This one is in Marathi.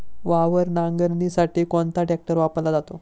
वावर नांगरणीसाठी कोणता ट्रॅक्टर वापरला जातो?